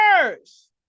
first